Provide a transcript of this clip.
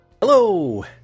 Hello